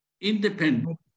independent